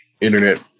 Internet